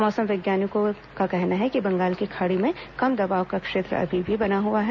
मौसम वैज्ञानिकों का कहना है कि बंगाल की खाड़ी में कम दबाव का क्षेत्र अभी भी बना हुआ है